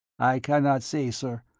i cannot say, sir.